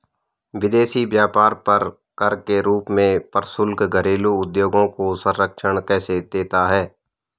विदेशी व्यापार पर कर के रूप में प्रशुल्क घरेलू उद्योगों को संरक्षण कैसे देता है?